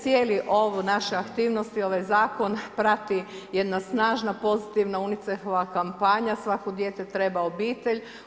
Cijeli ovo naša aktivnosti ovaj zakon, prati jedna snažna pozitivna UNICEF-ova kampanja, svako dijete treba obitelj.